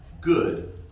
Good